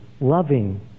loving